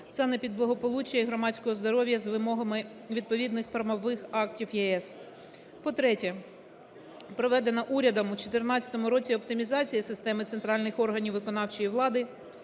санепідблагополуччя і громадського здоров'я з вимогами відповідних правових актів ЄС. По-третє, проведена урядом у 14-му році оптимізація системи центральних органів виконавчої влади,